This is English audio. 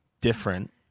different